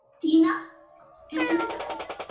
tina and elizabeth.